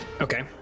Okay